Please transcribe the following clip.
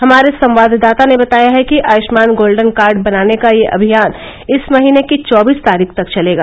हमारे संवाददाता ने बताया है कि आयुष्मान गोल्डन कार्ड बनाने का यह अभियान इस महीने की चौबीस तारीख तक चलेगा